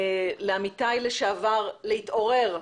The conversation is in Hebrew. לעמיתיי לשעבר להתעורר.